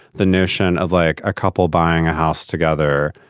the notion of like a couple buying a house together,